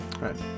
right